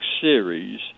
series